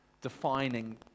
defining